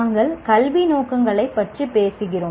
நாங்கள் கல்வி நோக்கங்களைப் பற்றி பேசுகிறோம்